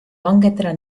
langetada